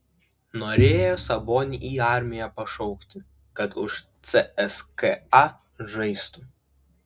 norėjo sabonį į armiją pašaukti kad už cska žaistų